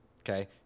okay